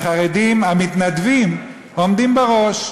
החרדים המתנדבים עומדים בראש.